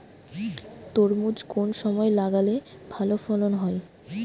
তরমুজ কোন সময় লাগালে ভালো ফলন হয়?